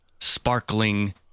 sparkling